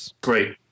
great